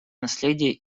наследие